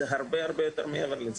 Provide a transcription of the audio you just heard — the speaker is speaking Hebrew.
זה הרבה מעבר לזה.